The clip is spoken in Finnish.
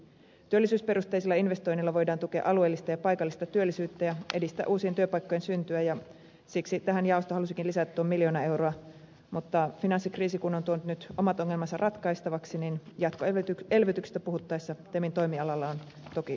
työllisyysperusteisilla investoinneilla voidaan tukea alueellista ja paikallista työllisyyttä ja edistää uusien työpaikkojen syntyä ja siksi tähän jaosto halusikin lisätä tuon miljoona euroa mutta finanssikriisi kun on tuonut nyt omat ongelmansa ratkaistavaksi jatkoelvytyksestä puhuttaessa temin toimialalla on toki suuri vastuu